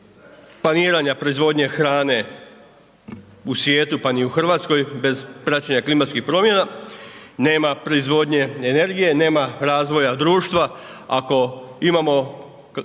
planiranja proizvodnje hrane u svijetu pa ni u Hrvatskoj bez praćenja klimatskih promjena, nema proizvodnje energije, nema razvoja društva. Ako imamo